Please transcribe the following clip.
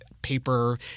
paper